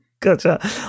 Gotcha